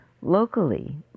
locally